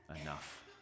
enough